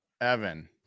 Evan